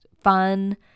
fun